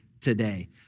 today